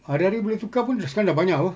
hari hari boleh tukar pun dia sekarang dah banyak apa